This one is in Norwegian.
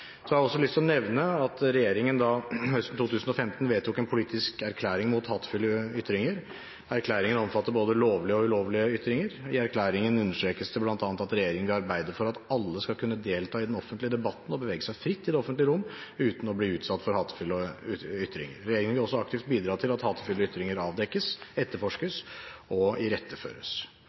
har også lyst til å nevne at regjeringen høsten 2015 vedtok en politisk erklæring mot hatefulle ytringer. Erklæringen omfatter både lovlige og ulovlige ytringer. I erklæringen understrekes det bl.a. at regjeringen vil arbeide for at alle skal kunne delta i den offentlige debatten og bevege seg fritt i det offentlige rom uten å bli utsatt for hatefulle ytringer. Regjeringen vil også aktivt bidra til at hatefulle ytringer avdekkes, etterforskes og iretteføres.